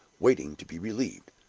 waiting to be relieved.